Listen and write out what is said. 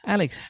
Alex